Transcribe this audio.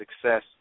success